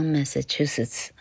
Massachusetts